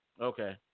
Okay